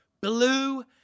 blue